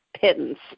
pittance